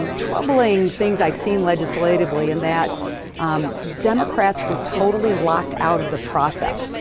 and troubling things i've seen, legislatively, in that democrats were totally locked out of the process.